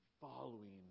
following